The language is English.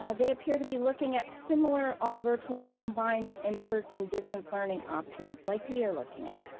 ah they appear to be looking at similar all virtual and combined in-person distance learning options, like we are looking at.